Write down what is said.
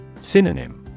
Synonym